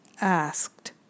asked